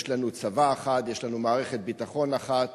יש לנו צבא אחד, יש לנו מערכת ביטחון אחת